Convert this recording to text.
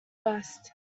best